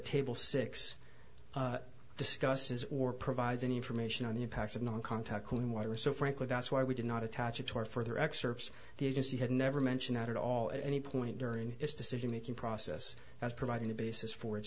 table six discusses or provides any information on the impacts of non contact cooling water so frankly that's why we did not attach it to our further excerpts the agency had never mentioned at all at any point during this decision making process as providing a basis for it